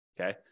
Okay